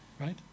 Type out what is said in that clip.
right